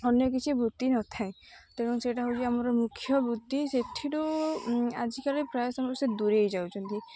ଅନ୍ୟ କିଛି ବୃତ୍ତି ନଥାଏ ତେଣୁ ସେଇଟା ହେଉଛି ଆମର ମୁଖ୍ୟ ବୃତ୍ତି ସେଥିରୁ ଆଜିକାଲି ପ୍ରାୟ ସମସ୍ତେ ଦୂରେଇ ଯାଉଛନ୍ତି